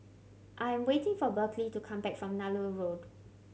I am waiting for Berkley to come back from Nallur Road